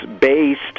based